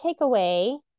takeaway